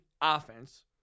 offense